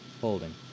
Holding